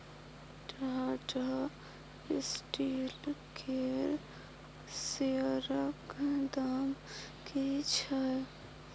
Tata Steel केर शेयरक दाम की छै?